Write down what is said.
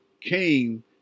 came